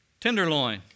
tenderloin